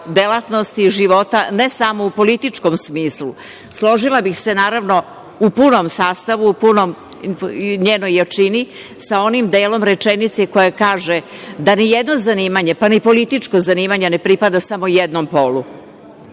delatnosti života, ne samo u političkom smislu. Složila bih se, naravno u punom sastavu u punoj njenoj jačini sa onim delom rečenice koja kaže da ni jedno zanimanje, pa ni političko zanimanje, ne pripada samo jednom